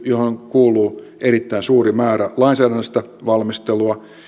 johon kuuluu erittäin suuri määrä lainsäädännöllistä valmistelua